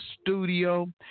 studio